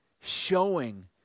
showing